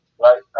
right